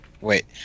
Wait